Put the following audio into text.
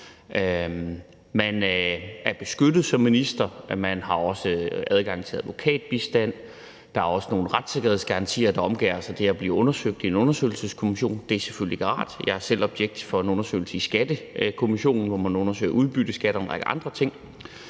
Man er beskyttet som minister; man har adgang til advokatbistand; der er også nogle retssikkerhedsgarantier, der omgærder os. Og det at blive undersøgt i en undersøgelseskommission er selvfølgelig ikke rart – jeg er selv objekt for en undersøgelse i Skattekommissionen, hvor man undersøger udbytteskat og en række andre ting.